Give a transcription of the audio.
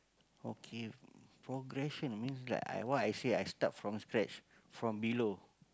okay progression means like I what I say I start from scratch from below